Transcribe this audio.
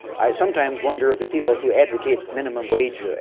i sometimes wonder if the people who advocate minimum wage